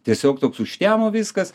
tiesiog toks užtemo viskas